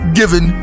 given